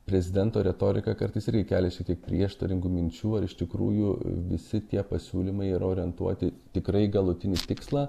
prezidento retorika kartais irgi kelia šiek tiek prieštaringų minčių ar iš tikrųjų visi tie pasiūlymai yra orientuoti tikrai galutinį tikslą